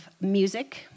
music